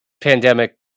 pandemic